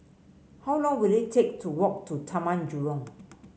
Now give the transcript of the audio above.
how long will it take to walk to Taman Jurong